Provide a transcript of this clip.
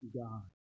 God